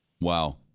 Wow